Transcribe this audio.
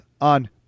on